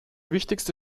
wichtigste